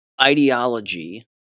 ideology